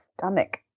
stomach